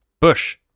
Bush